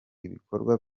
ibikorwa